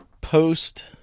post